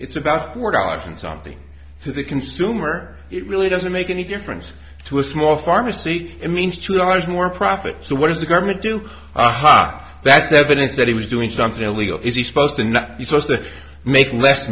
it's about four dollars and something for the consumer it really doesn't make any difference to a small pharmacy it means two dollars more profit so what does the government do ha that's evidence that he was doing something illegal is he supposed to